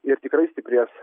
ir tikrai stiprės